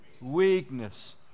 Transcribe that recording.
weakness